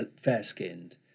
fair-skinned